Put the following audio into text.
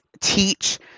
teach